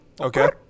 Okay